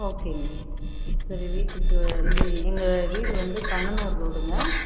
ஓகேங்க சரி வீட்டுக்கு வந்து எங்கள் வீடு வந்து கண்ணனூர் ரோடுங்க